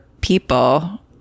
people